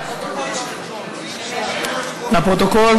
לפרוטוקול,